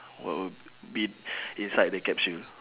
what would be inside the capsule